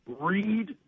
read